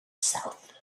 south